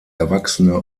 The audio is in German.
erwachsene